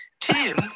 Tim